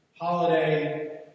holiday